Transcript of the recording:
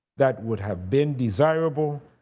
that would have been desirable.